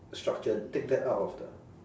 structure take that out of the